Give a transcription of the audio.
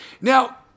now